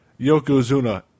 yokozuna